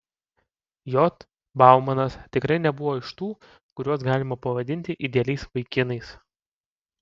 j baumanas tikrai nebuvo iš tų kuriuos galima pavadinti idealiais vaikinais